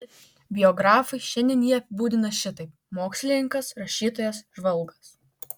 biografai šiandien jį apibūdina šitaip mokslininkas rašytojas žvalgas